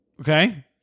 okay